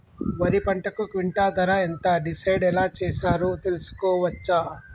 వరి పంటకు క్వింటా ధర ఎంత డిసైడ్ ఎలా చేశారు తెలుసుకోవచ్చా?